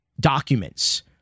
documents